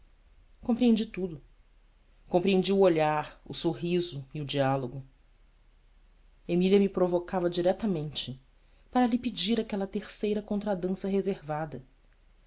compreendi tudo compreendi o olhar o sorriso e o diálogo emília me provocava diretamente para lhe pedir aquela terceira contradança reservada